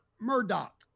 Murdoch